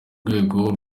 rwego